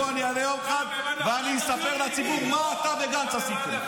גם לפה אני אעלה יום אחד ואני אספר לציבור מה אתה וגנץ עשיתם.